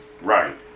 Right